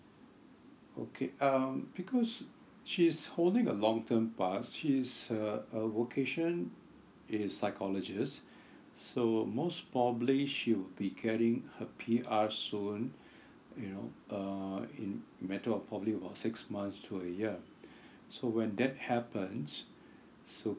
okay um because she's holding a long term pass she's a uh vocation it is psychologist so most probably she would be carrying her P_R soon you know err in the matter of probably about six months to a year so when that happens so